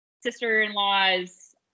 sister-in-laws